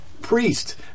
priest